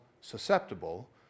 susceptible